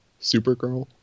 Supergirl